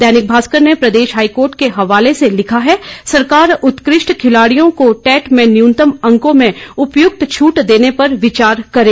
दैनिक भास्कर ने प्रदेश हाईकोर्ट के हवाले से लिखा है सरकार उत्कृष्ट खिलाड़ियों को टेट में न्यूनतम अंकों में उपयुक्त छूट देने पर विचार करे